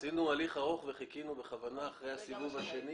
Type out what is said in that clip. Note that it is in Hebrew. עשינו הליך ארוך וחיכינו בכוונה אחרי הסיבוב השני